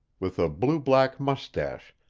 with a blue-black mustache,